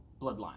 bloodline